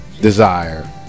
desire